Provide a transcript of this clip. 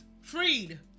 freed